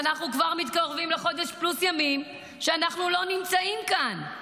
ואנחנו כבר מתקרבים לחודש פלוס ימים שבהם אנחנו לא נמצאים כאן.